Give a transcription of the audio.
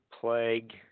plague